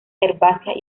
herbáceas